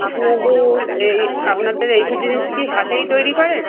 আপনাদের এই আপনাদের এই সব জিনিস কি হাতেই তৈরি করেন